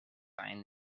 find